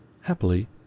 Happily